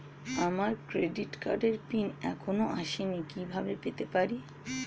আমার ক্রেডিট কার্ডের পিন এখনো আসেনি কিভাবে পেতে পারি?